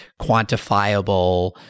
quantifiable